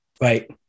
Right